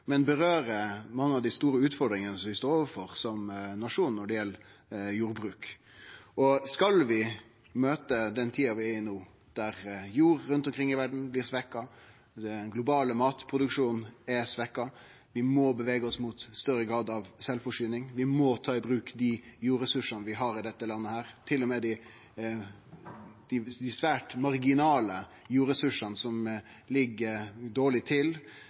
men kjem inn på mange av dei store utfordringane vi står overfor som nasjon når det gjeld jordbruk. Skal vi møte den tida vi er i no, der jord rundt omkring i verda blir svekt, der den globale matproduksjonen er svekt, må vi bevege oss mot større grad av sjølvforsyning. Vi må ta i bruk dei jordressursane vi har i dette landet, til og med dei svært marginale jordressursane som ligg dårleg til,